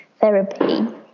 therapy